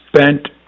spent